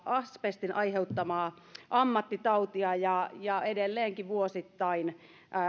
asbestin aiheuttamaa ammattitautia ja ja edelleenkin vuosittain